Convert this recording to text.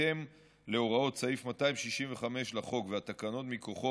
בהתאם להוראות סעיף 265 לחוק והתקנות מכוחו,